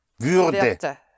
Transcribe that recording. würde